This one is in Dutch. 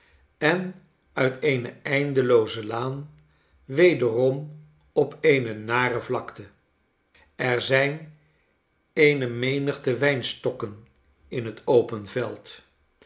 en uit eene eindelooze laan wederom op eene nare vlakte er zijn eene menigte wijnstokken in het open veld